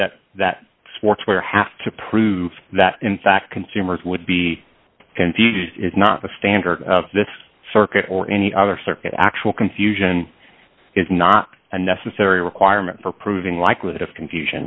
that that sportswear have to prove that in fact consumers would be confused is not the standard of this circuit or any other circuit actual confusion is not a necessary requirement for proving likelihood of confusion